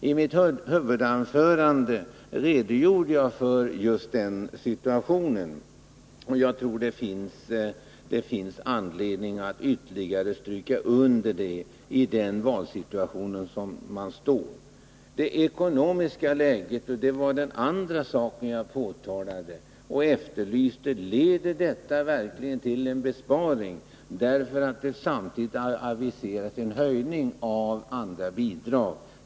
I mitt huvudanförande redogjorde jag för just den situationen, och jag tror att det finns anledning att ytterligare stryka under det i den valsituation där man står. Det ekonomiska läget var den andra saken som jag tog upp. Jag frågade: Leder detta verkligen till en besparing när man samtidigt aviserar en höjning av andra bidrag?